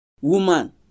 woman